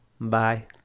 bye